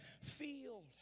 field